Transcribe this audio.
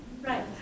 Right